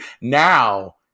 now